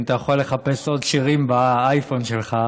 אם אתה יכול לחפש עוד שירים באייפון שלך,